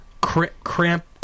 Cramp